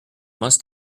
must